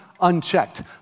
unchecked